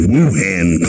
Wuhan